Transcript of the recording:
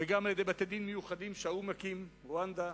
וגם על-ידי בתי-דין מיוחדים שהאו"ם מקים: רואנדה,